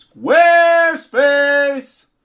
Squarespace